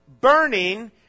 burning